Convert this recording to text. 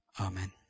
Amen